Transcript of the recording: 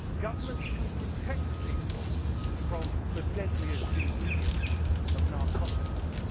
governments can protect people from the deadliest ingredients of narcotics.